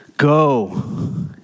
Go